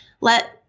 let